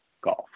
golf